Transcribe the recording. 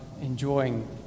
enjoying